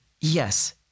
Yes